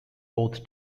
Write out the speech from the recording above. both